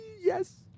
Yes